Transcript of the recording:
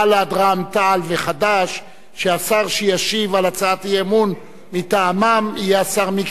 רע"ם-תע"ל וחד"ש שהשר שישיב על הצעת האי-אמון מטעמן יהיה השר מיקי איתן,